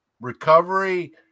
recovery